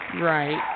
Right